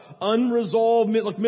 unresolved